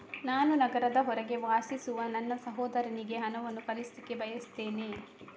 ನಾನು ನಗರದ ಹೊರಗೆ ವಾಸಿಸುವ ನನ್ನ ಸಹೋದರನಿಗೆ ಹಣವನ್ನು ಕಳಿಸ್ಲಿಕ್ಕೆ ಬಯಸ್ತೆನೆ